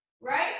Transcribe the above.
right